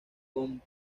con